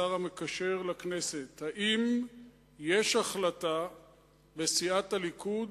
השר המקשר עם הכנסת: האם יש החלטה בסיעת הליכוד